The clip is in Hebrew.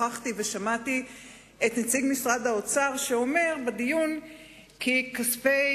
נכחתי ושמעתי את נציג משרד האוצר אומר בדיון כי כספי